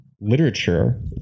literature